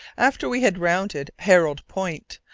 after we had rounded herald point,